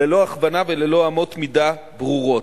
ללא הכוונה וללא אמות מידה ברורות,